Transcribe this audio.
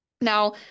Now